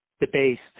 debased